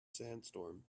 sandstorm